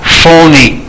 phony